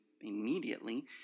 immediately